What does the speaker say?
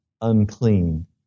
unclean